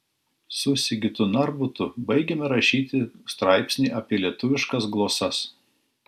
su sigitu narbutu baigėme rašyti straipsnį apie lietuviškas glosas